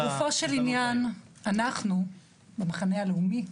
לגופו של עניין, אנחנו במחנה הלאומי,